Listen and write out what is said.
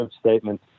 statement